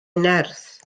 nerth